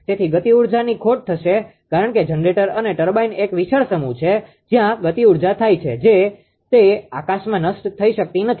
તેથી ગતિઊર્જાની ખોટ થશે કારણ કે જનરેટર અને ટર્બાઇન એક વિશાળ સમૂહ છે જ્યાં ગતિઉર્જા જાય છે તે આકાશમાં નષ્ટ થઈ શકતી નથી